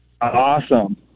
Awesome